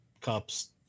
cups